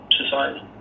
society